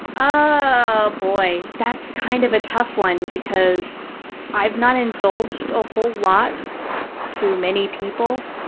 oh, boy. that's kind of a tough one because i've not indulged a whole lot to many people.